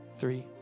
three